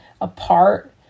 apart